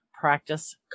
practice